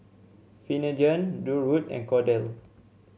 Finnegan Durwood and Cordell